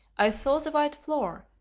i saw the white floor,